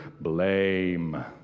blame